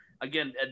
Again